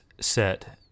set